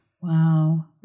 Wow